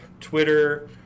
Twitter